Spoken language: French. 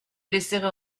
laisser